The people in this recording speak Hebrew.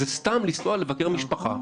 זה סתם לנסוע לבקר משפחה,